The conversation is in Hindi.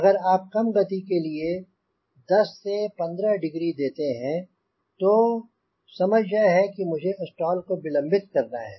अगर आप कम गति के लिए 10 डिग्री 15 डिग्री देते हैं तो समझ यह है कि मुझे स्टाल को विलंबित करना है